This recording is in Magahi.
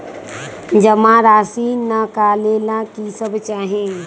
जमा राशि नकालेला कि सब चाहि?